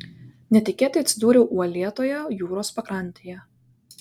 netikėtai atsidūriau uolėtoje jūros pakrantėje